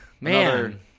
man